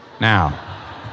Now